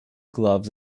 gloves